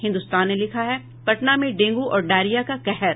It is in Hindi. हिन्दुस्तान ने लिखा है पटना में डेंगू और डायरिया का कहर